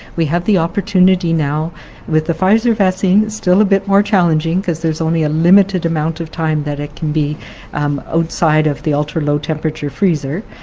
we have the opportunity now with the pfizer vaccine still a bit more challenging because there's only a limited amount of time that it can be outside of the ultra low temperature freezer,